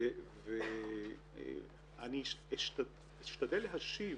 ואני אשתדל להשיב